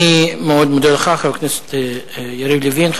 אני מאוד מודה לך, חבר הכנסת יריב לוין.